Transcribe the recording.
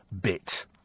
bit